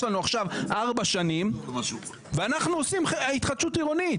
לנו עכשיו 4 שנים ואנחנו עושים התחדשות עירונית.